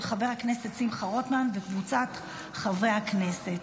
של חבר הכנסת שמחה רוטמן וקבוצת חברי הכנסת.